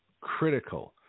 critical